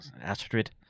Astrid